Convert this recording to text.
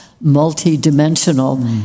multi-dimensional